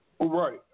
Right